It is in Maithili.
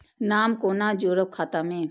नाम कोना जोरब खाता मे